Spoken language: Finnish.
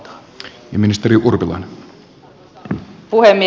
arvoisa puhemies